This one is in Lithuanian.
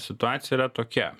situacija yra tokia